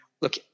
look